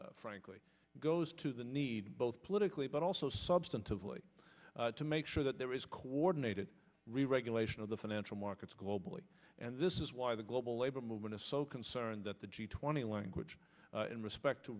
bogeyman frankly goes to the need both politically but also substantively to make sure that there is coordinated reregulation of the financial markets globally and this is why the global labor movement is so concerned that the g twenty language in respect to